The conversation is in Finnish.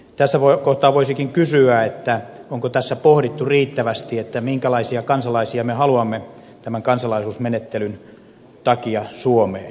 tässä kohtaa voisikin kysyä onko tässä pohdittu riittävästi minkälaisia kansalaisia me haluamme tämän kansalaisuusmenettelyn takia suomeen